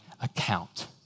account